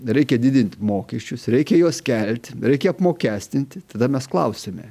reikia didinti mokesčius reikia juos kelti reikia apmokestinti tada mes klausiame